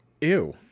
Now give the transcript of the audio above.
Ew